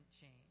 change